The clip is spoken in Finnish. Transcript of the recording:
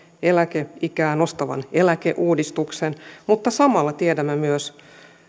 eläkeikää nostavan eläkeuudistuksen mutta samalla tiedämme myös